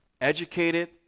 educated